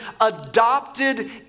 adopted